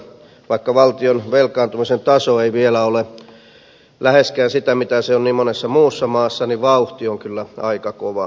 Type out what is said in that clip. vaikka valtion velkaantumisen taso ei vielä ole läheskään sitä mitä se on niin monessa muussa maassa niin vauhti on kyllä aika kova